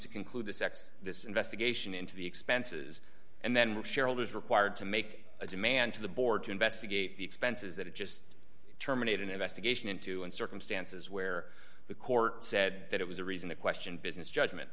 to conclude the sec's this investigation into the expenses and then with shareholders required to make a demand to the board to investigate the expenses that it just terminate an investigation into in circumstances where the court said that it was a reason to question business judgment